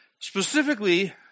specifically